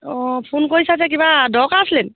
অঁ ফোন কৰিছা যে কিবা দৰকাৰ আছিলেনি